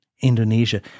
Indonesia